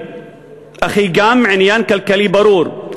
אך היא גם עניין כלכלי ברור.